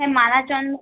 হ্যাঁ মালা